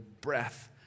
breath